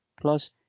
Plus